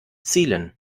zielen